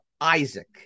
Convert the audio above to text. Isaac